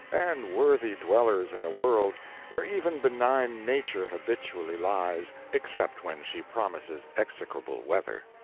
and worthy dwellers in a world where even benign nature habitually lies, except when she promises execrable weather.